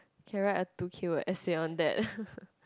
can write a two K word essay on that